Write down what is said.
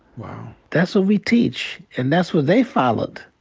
wow. that's what we teach. and that's what they followed,